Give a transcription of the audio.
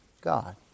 God